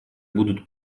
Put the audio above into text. будут